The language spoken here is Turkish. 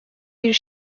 bir